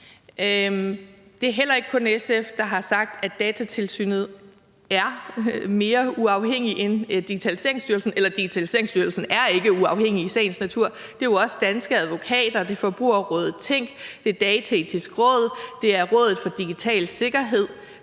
Det er heller ikke kun SF, der har sagt, at Datatilsynet er mere uafhængigt end Digitaliseringsstyrelsen – eller Digitaliseringsstyrelsen er ikke uafhængig i sagens natur; det er jo også danske advokater, det er Forbrugerrådet TÆNK, det er Dataetisk Råd, det er Rådet for Digital Sikkerhed.